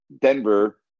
Denver